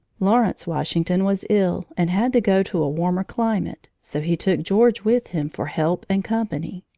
lawrence washington was ill and had to go to a warmer climate, so he took george with him for help and company.